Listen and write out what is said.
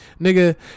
Nigga